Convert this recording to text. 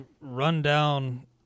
rundown